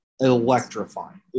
Electrifying